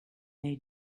they